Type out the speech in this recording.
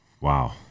Wow